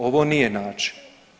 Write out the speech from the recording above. Ovo nije način.